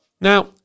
Now